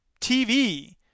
TV